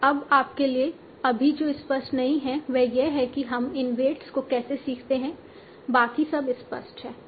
अब आपके लिए अभी जो स्पष्ट नहीं है वह यह है कि हम इन वेट्स को कैसे सीखते हैं बाकी सब स्पष्ट है